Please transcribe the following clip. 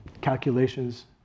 calculations